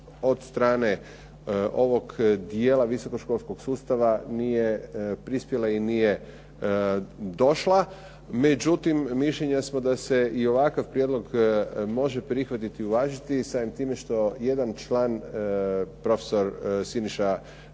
od strane ovog dijela visokoškolskog sustava nije prispjela i nije došla. Međutim, mišljenja smo da se i ovakav prijedlog može prihvatiti i uvažiti samim time što jedan član, profesor Siniša